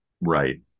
right